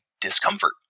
discomfort